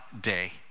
day